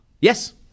Yes